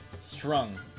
strung